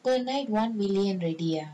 whole night one million already ah